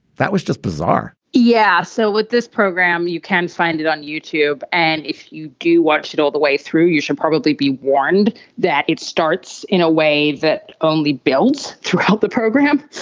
that was just bizarre yes. yeah so what this program, you can find it on youtube. and if you do watch it all the way through, you should probably be warned that it starts in a way that only builds throughout the program.